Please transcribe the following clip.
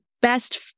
best